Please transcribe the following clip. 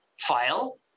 file